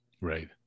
Right